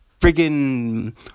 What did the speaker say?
friggin